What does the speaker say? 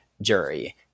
jury